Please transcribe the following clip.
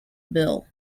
bill